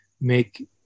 make